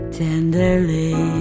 tenderly